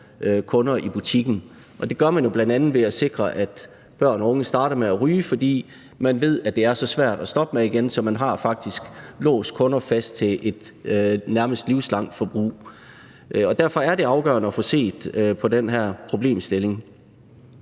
kunder i butikken, og det gør man jo bl.a. ved at sikre, at børn og unge starter med at ryge, fordi man ved, at det er så svært at stoppe igen, at man faktisk har låst kunder fast til et nærmest livslangt forbrug. Derfor er det afgørende at få set på den her problemstilling.